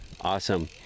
Awesome